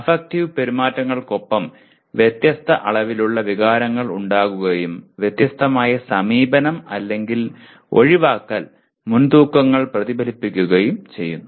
affective പെരുമാറ്റങ്ങൾക്കൊപ്പം വ്യത്യസ്ത അളവിലുള്ള വികാരങ്ങൾ ഉണ്ടാകുകയും വ്യത്യസ്തമായ "സമീപനം" അല്ലെങ്കിൽ "ഒഴിവാക്കൽ" മുൻതൂക്കങ്ങൾ പ്രതിഫലിപ്പിക്കുകയും ചെയ്യുന്നു